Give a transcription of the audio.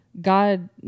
God